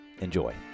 Enjoy